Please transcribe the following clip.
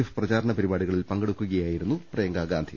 F പ്രചാരണ പരിപാടികളിൽ പങ്കെടുക്കു കയായിരുന്നു പ്രിയങ്കാ ഗാന്ധി